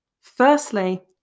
Firstly